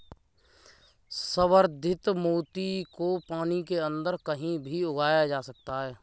संवर्धित मोती को पानी के अंदर कहीं भी उगाया जा सकता है